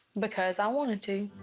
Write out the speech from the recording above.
because i wanted to.